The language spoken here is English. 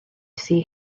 see